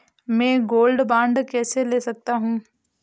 मैं gold bond कैसे ले सकता हूँ?